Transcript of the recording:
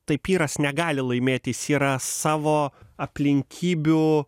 taip pyras negali laimėti jis yra savo aplinkybių